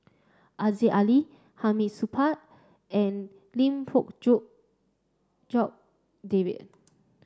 Aziza Ali Hamid Supaat and Lim Fong Jock David